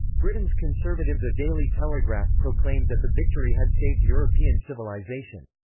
britain's conservative the daily telegraph proclaimed that the victory had saved european civilisation.